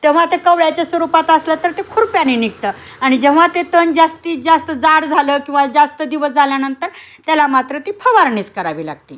तेव्हा ते कोवळ्याच्या स्वरूपात असलं तर ते खुरप्यानी निघतं आणि जेव्हा ते तण जास्तीत जास्त जाड झालं किंवा जास्त दिवस झाल्यानंतर त्याला मात्र ती फवारणीच करावी लागती